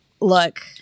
look